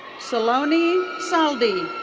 saloni saldhi.